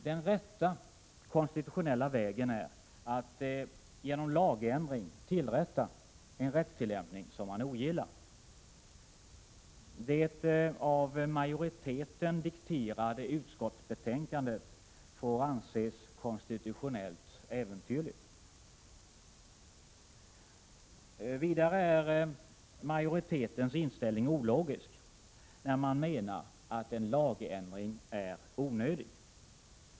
Den rätta konstitutionella vägen är att genom lagändring rätta till en rättstillämpning som man ogillar. Det av majoriteten dikterade utskottsbetänkandet får anses konstitutionellt äventyrligt. Vidare är majoritetens inställning ologisk när man menar att en lagändring är onödig.